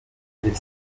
les